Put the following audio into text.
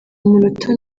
munota